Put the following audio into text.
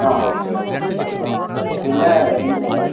അ okay okay okay അ പിന്നെ എനിക്ക്